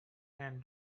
and